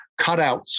cutouts